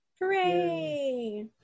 Hooray